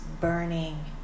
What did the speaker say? burning